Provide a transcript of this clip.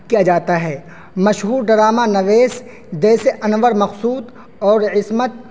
کیا جاتا ہے مشہور ڈرامہ نویس جیسے انور مقصود اور عصمت